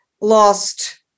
lost